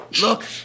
Look